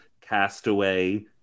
Castaway